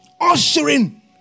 ushering